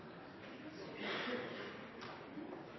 så jeg